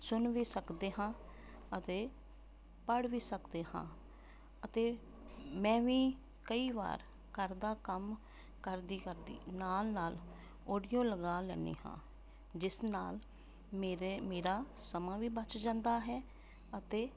ਸੁਣ ਵੀ ਸਕਦੇ ਹਾਂ ਅਤੇ ਪੜ੍ਹ ਵੀ ਸਕਦੇ ਹਾਂ ਅਤੇ ਮੈਂ ਵੀ ਕਈ ਵਾਰ ਘਰ ਦਾ ਕੰਮ ਕਰਦੀ ਕਰਦੀ ਨਾਲ ਨਾਲ ਔਡੀਓ ਲਗਾ ਲੈਂਦੀ ਹਾਂ ਜਿਸ ਨਾਲ ਮੇਰੇ ਮੇਰਾ ਸਮਾਂ ਵੀ ਬਚ ਜਾਂਦਾ ਹੈ ਅਤੇ